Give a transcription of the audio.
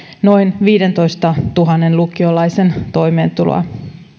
noin viidentoistatuhannen lukiolaisen toimeentuloa